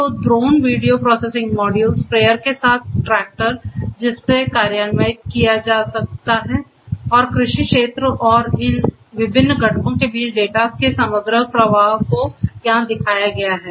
तो drone video processing module sprayer के साथ ट्रैक्टर जिससे कार्यान्वित जा सकता है और कृषि क्षेत्र और इन विभिन्न घटकों के बीच डेटा के समग्र प्रवाह को यहां दिखाया गया है